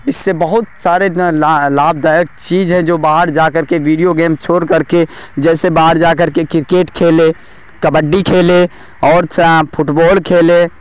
اس سے بہت سارے لابھدایک چیز ہے جو باہر جا کر کے ویڈیو گیمس چھوڑ کر کے جیسے باہر جا کر کے کرکٹ کھیلے کبڈی کھیلے اور پھٹ بال کھیلے